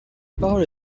parole